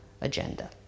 agenda